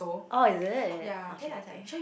oh is it okay okay